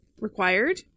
required